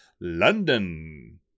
London